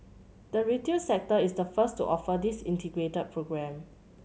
the retail sector is the first to offer this integrated programme